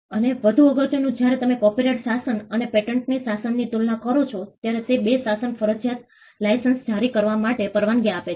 અને વધુ અગત્યનું જ્યારે તમે કોપિરાઇટ શાસન અને પેટન્ટ શાસનની તુલના કરો છો ત્યારે તે બે શાસન ફરજિયાત લાઇસન્સ જારી કરવા માટે પરવાનગી આપે છે